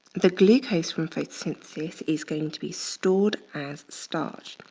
the glucose from photosynthesis is going to be stored as starch.